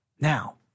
Now